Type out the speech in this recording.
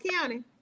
County